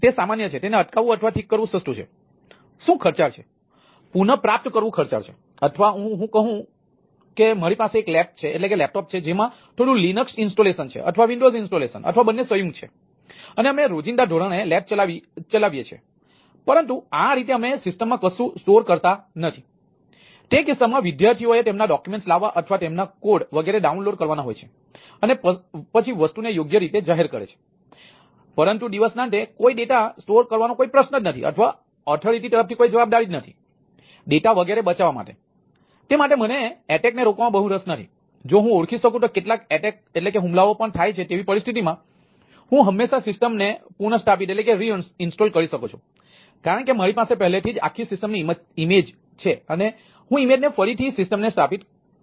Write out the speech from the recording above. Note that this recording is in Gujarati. તેથી તે કિસ્સામાં વિદ્યાર્થીઓએ તેમના ડોક્યુમેન્ટસ છે અને હું ઇમેજ ને ફરીથી સિસ્ટમને સ્થાપિત કરી શકું છું